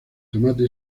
tomate